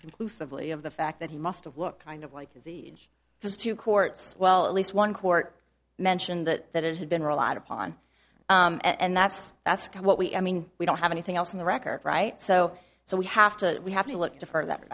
conclusively of the fact that he must have looked kind of like this to courts well at least one court mentioned that that had been are a lot upon and that's that's what we i mean we don't have anything else in the record right so so we have to we have to look to for that